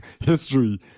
history